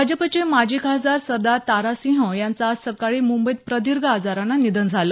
भाजपचे माजी आमदार सरदार तारासिंह यांचं आज सकाळी मुंबईत प्रदीर्घ आजारानं निधन झालं